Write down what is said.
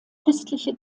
christliche